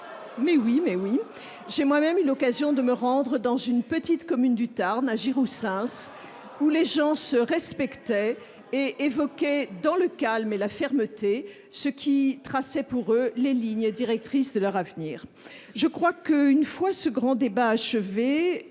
Mais oui ! J'ai moi-même eu l'occasion de me rendre dans une petite commune du Tarn, à Giroussens, où les gens se respectaient et évoquaient, dans le calme et la fermeté, ce qui traçait, pour eux, les lignes directrices de leur avenir. Une fois ce grand débat achevé,